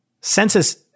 census